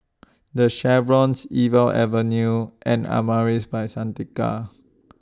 The Chevrons Iqbal Avenue and Amaris By Santika